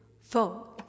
four